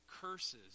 curses